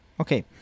Okay